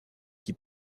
qui